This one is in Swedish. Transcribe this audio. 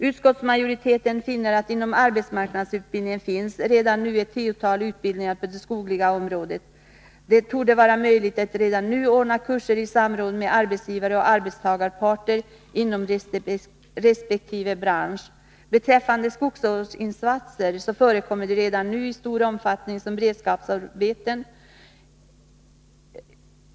Utskottsmajoriteten framhåller att det inom arbetsmarknadsutbildningen redan nu finns ett tiotal utbildningar på det skogliga området. Det torde vara möjligt att redan nu anordna kurser i samråd med arbetsgivaroch arbetstagarparterna inom resp. bransch. Skogsvårdsinsatser förekommer redan nu i stor utsträckning som beredskapsarbete.